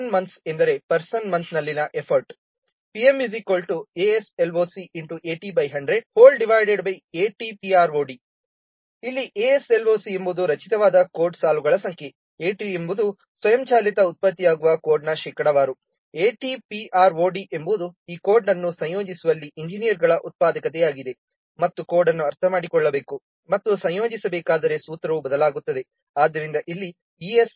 person month ಎಂದರೆ person ಮಂತ್ನಲ್ಲಿನ effort PM ASLOC AT100ATPROD ಇಲ್ಲಿ ASLOC ಎಂಬುದು ರಚಿತವಾದ ಕೋಡ್ನ ಸಾಲುಗಳ ಸಂಖ್ಯೆ AT ಎಂಬುದು ಸ್ವಯಂಚಾಲಿತವಾಗಿ ಉತ್ಪತ್ತಿಯಾಗುವ ಕೋಡ್ನ ಶೇಕಡಾವಾರು ATPROD ಎಂಬುದು ಈ ಕೋಡ್ ಅನ್ನು ಸಂಯೋಜಿಸುವಲ್ಲಿ ಎಂಜಿನಿಯರ್ಗಳ ಉತ್ಪಾದಕತೆಯಾಗಿದೆ ಮತ್ತು ಕೋಡ್ ಅನ್ನು ಅರ್ಥಮಾಡಿಕೊಳ್ಳಬೇಕು ಮತ್ತು ಸಂಯೋಜಿಸಬೇಕಾದರೆ ಸೂತ್ರವು ಬದಲಾಗುತ್ತದೆ